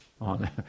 on